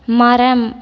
மரம்